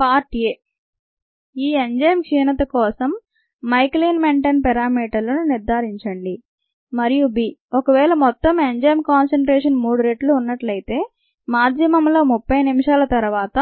part A ఈ enzyme క్షీణత కోసం మైకేలీస్ మెంటెన్ పేరామీటర్లను నిర్థారించండి మరియు B ఒకవేళ మొత్తం ఎంజైమ్ కాన్సన్ట్రేషన్ మూడు రెట్లు ఉన్నట్లయితే మాధ్యమంలో 30 నిమిషాల తరువాత